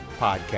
Podcast